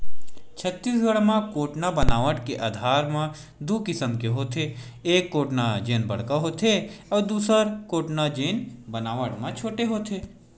छत्तीसगढ़ म कोटना बनावट के आधार म दू किसम के होथे, एक कोटना जेन बड़का होथे अउ दूसर कोटना जेन बनावट म छोटे होथे